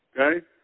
Okay